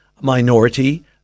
minority